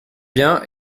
bien